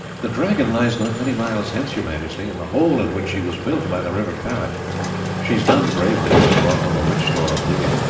the dragon lies not many miles hence, your majesty, in the hole in which she was built, by the river parrot she has done bravely and has brought home a rich store of booty,